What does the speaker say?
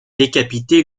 décapité